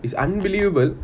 is unbelievable